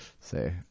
say